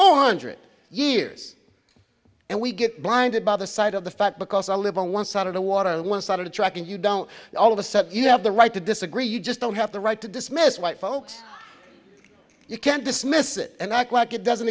four hundred years and we get blinded by the side of the fight because i live on one side of the water one side of the track and you don't all of a sudden you have the right to disagree you just don't have the right to dismiss white folks you can't dismiss it and act like it doesn't